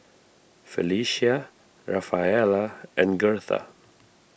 Felicia Rafaela and Girtha